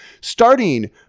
starting